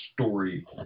story